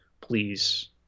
Please